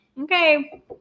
Okay